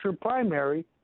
primary